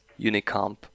Unicomp